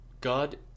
God